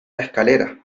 escalera